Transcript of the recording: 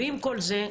עם כל זה,